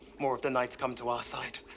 more of the knights come to our side.